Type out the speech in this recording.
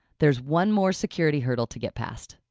there's one more security hurdle to get past.